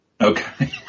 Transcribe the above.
Okay